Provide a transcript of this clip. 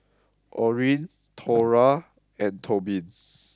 Orene Thora and Tobin